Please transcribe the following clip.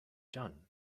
done